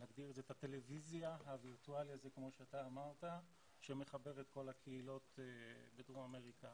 נגדיר את זה הטלוויזיה הווירטואלית שמחברת את כל הקהילות בדרום אמריקה.